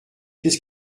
qu’est